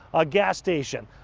a gas station,